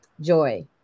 Joy